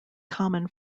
common